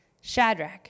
Shadrach